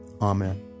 Amen